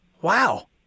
Wow